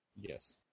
Yes